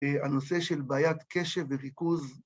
הנושא של בעיית קשב וריכוז